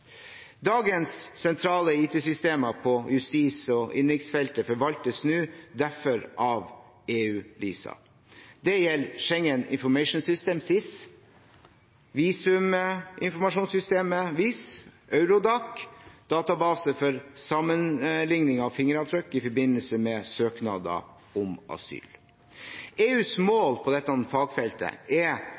Dagens sentrale IT-systemer på justis- og innenriksfeltet forvaltes nå derfor av eu-LISA. Det gjelder Schengen Information System, SIS, visuminformasjonssystemet, VIS, og Eurodac, database for sammenligning av fingeravtrykk i forbindelse med søknader om asyl. EUs mål på dette fagfeltet er